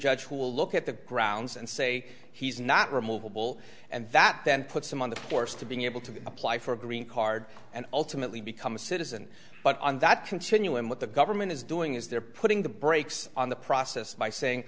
judge will look at the grounds and say he's not removable and that then puts him on the course to being able to apply for a green card and ultimately become a citizen but on that continuum what the government is doing is they're putting the brakes on the process by saying